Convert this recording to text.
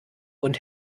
und